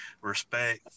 respect